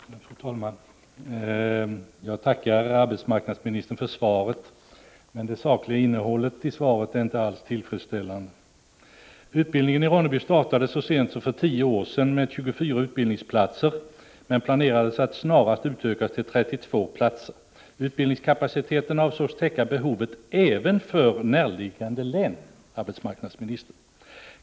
Fru talman! Jag tackar arbetsmarknadsministern för svaret, men det sakliga innehållet i svaret är inte alls tillfredsställande. Utbildningen i Ronneby startade så sent som för tio år sedan med 24 utbildningsplatser, men planerades att snarast utökas till 32 platser. Kapaciteten avsågs, arbetsmarknadsministern, att täcka behovet även för närliggande län.